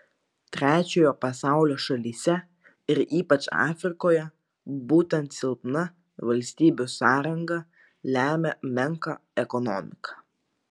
trečiojo pasaulio šalyse ir ypač afrikoje būtent silpna valstybių sąranga lemia menką ekonomiką